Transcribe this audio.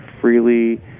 freely